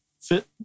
fit